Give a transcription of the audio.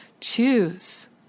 choose